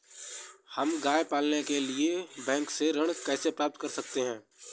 हम गाय पालने के लिए बैंक से ऋण कैसे प्राप्त कर सकते हैं?